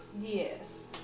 yes